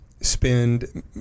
spend